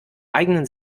eigenen